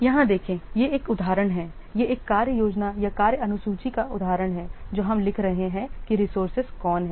यहाँ देखें यह एक उदाहरण है यह एक कार्य योजना या कार्य अनुसूची का उदाहरण है जो हम लिख रहे हैं कि रिसोर्सेज कौन हैं